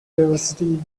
diversity